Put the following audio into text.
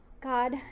God